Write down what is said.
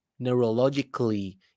neurologically